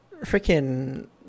freaking